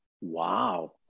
Wow